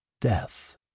Death